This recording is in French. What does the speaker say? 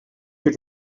que